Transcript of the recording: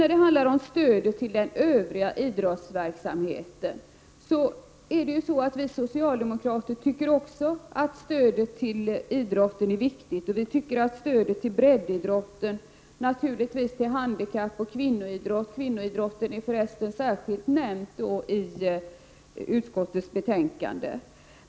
När det sedan gäller stödet till den övriga idrottsverksamheten anser också vi socialdemokrater att stödet till idrotten är viktigt, i synnerhet stödet till breddidrotten, handikappidrotten och till kvinnoidrotten, som särskilt omnämns i betänkandet.